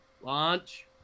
Launch